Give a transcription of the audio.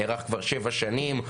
נערך כבר שבע שנים,